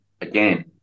again